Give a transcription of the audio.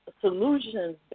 solutions